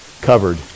covered